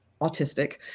autistic